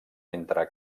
entre